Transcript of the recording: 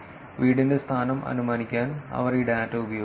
വീടിന്റെ സ്ഥാനം അനുമാനിക്കാൻ അവർ ഈ ഡാറ്റ ഉപയോഗിച്ചു